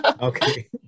Okay